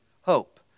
hope